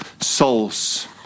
souls